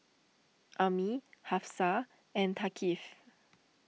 Ummi Hafsa and Thaqif